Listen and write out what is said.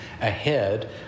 ahead